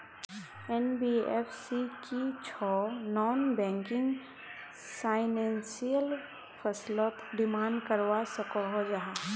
NBFC की छौ non banking financial फसलोत डिमांड करवा सकोहो जाहा?